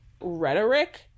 rhetoric